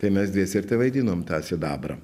tai mes dviese ir tevaidinom tą sidabrą